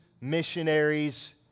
missionaries